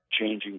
changing